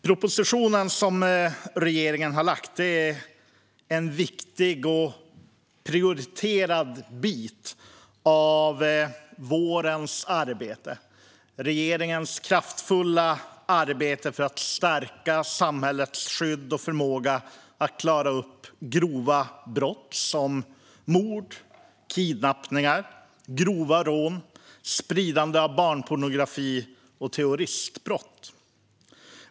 Propositionen som regeringen har lagt fram är en viktig och prioriterad bit av regeringens kraftfulla arbete under våren för att stärka samhällets skydd och förmåga att klara upp grova brott som mord, kidnappningar, grova rån, spridande av barnpornografi och terroristbrott.